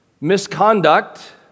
Misconduct